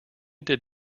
did